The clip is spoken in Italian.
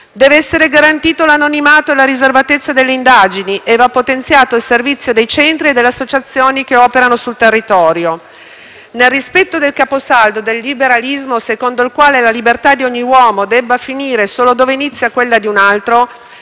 Deve essere garantito l'anonimato e la riservatezza delle indagini e va potenziato il servizio dei centri e delle associazioni che operano sul territorio. Nel rispetto del caposaldo del liberalismo, secondo il quale la libertà di ogni uomo debba finire solo dove inizia quella di un altro,